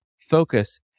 focus